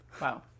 Wow